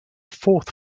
fourth